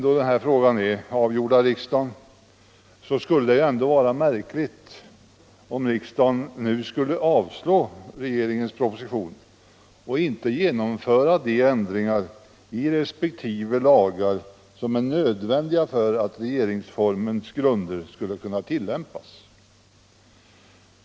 Då denna fråga är avgjord av riksdagen, vore det märkligt om riksdagen nu skulle avslå regeringens proposition och inte genomföra de ändringar i resp. lagar som är nödvändiga för att regeringsformen skall kunna tilllämpas.